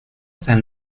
san